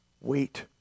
Wait